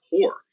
poor